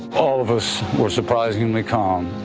all of us were surprisingly calm.